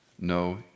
no